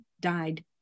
died